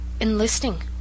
enlisting